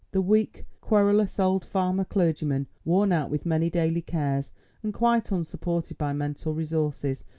the weak, querulous old farmer clergyman, worn out with many daily cares and quite unsupported by mental resources,